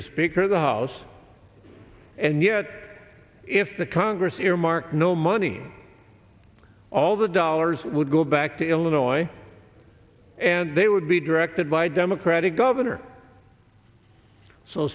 the speaker of the house and yet if the congress earmark no money all the dollars would go back to illinois and they would be directed by democratic governor so